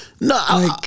No